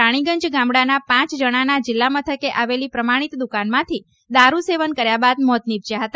રાણીગંજ ગામડાના પાંચ જણાના જિલ્લા મથકે આવેલી પ્રમાણિત દ્વકાનમાંથી દારૂ સેવન કર્યા બાદ મોત નિપજયા હતા